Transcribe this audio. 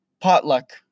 potluck